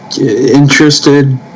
interested